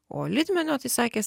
o litmenio tai sakė